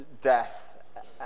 death